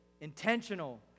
intentional